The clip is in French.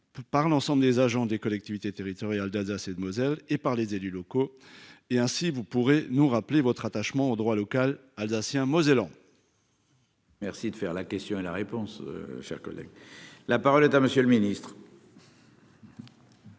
par l'ensemble des agents des collectivités territoriales d'Alsace et de Moselle et par les élus locaux et ainsi vous pourrez nous rappeler votre attachement au droit local alsacien mosellan. Merci de faire la question et la réponse. Chers collègue, la parole est à monsieur le ministre.